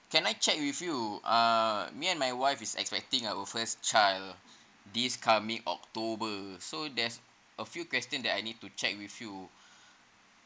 can I check with you uh me and my wife is expecting our first child this coming october so there's a few question that I need to check with you